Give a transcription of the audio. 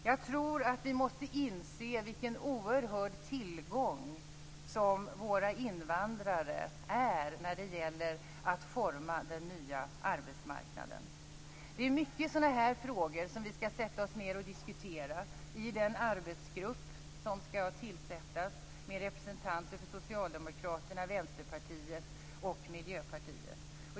Jag tror att vi måste inse vilken oerhörd tillgång som våra invandrare är när det gäller att forma den nya arbetsmarknaden. Det är många sådana här frågor som vi skall sätta oss ned och diskutera i den arbetsgrupp som skall tillsättas med representanter för Socialdemokraterna, Vänsterpartiet och Miljöpartiet.